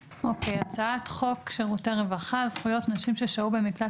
הצעת חוק שירותי רווחה (זכויות נשים ששהו במקלט